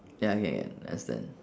ya okay can understand